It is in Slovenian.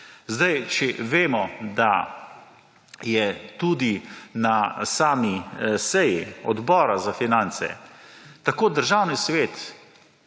Zdaj, če vemo, da je tudi na sami seji Odbora za finance tako Državni svet